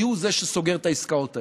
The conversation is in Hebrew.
כי הוא זה שסוגר את העסקאות האלה.